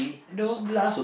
don't bluff